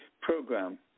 program